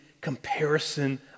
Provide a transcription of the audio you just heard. comparison